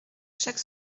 chaque